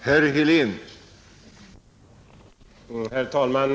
Herr talman!